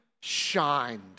shined